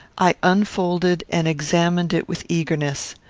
i unfolded and examined it with eagerness.